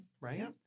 Right